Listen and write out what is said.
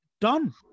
done